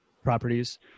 Properties